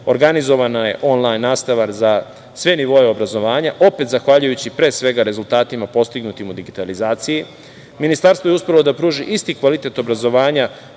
organizovana je onlajn nastava za sve nivoe obrazovanja, opet zahvaljujući, pre svega, rezultatima postignutim u digitalizaciji. Ministarstvo je uspelo da pruži isti kvalitet obrazovanja